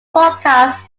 broadcasts